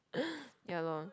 ya lor